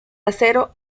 acero